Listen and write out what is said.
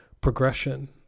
progression